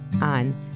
on